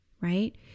right